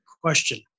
question